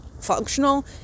functional